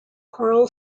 coral